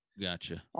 Gotcha